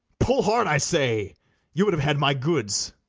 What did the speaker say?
pull hard, i say you would have had my goods.